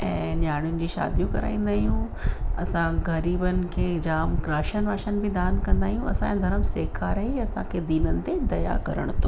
ऐं न्याणियुंनि जी शादियूं कराईंदा आहियूं असां ग़रीबनि खे जाम राशन वाशन बि दान कंदा आहियूं असांजो धर्म सेखारे असांखे दीननि ते दया करण थो